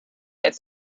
its